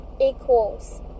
equals